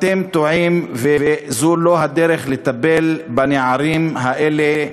אתם טועים, זו לא הדרך לטפל בנערים האלה,